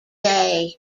day